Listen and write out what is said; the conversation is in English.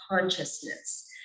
consciousness